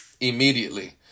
immediately